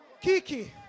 Kiki